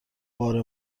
بار